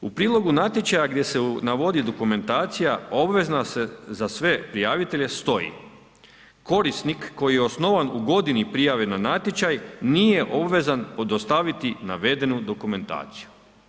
U prilogu natječaja gdje se navodi dokumentacija obveza za sve prijavitelje stoji: „Korisnik koji je osnovan u godini prijave na natječaj nije obvezan dostaviti navedenu dokumentaciju“